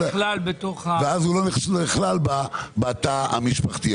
ואז הוא לא נכלל בתא המשפחתי.